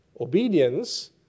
obedience